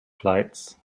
flights